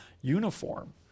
uniform